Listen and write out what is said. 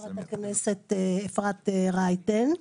ואפרת רייטן.